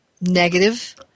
negative